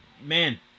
Man